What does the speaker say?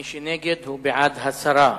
מי שנגד, הוא בעד הסרה.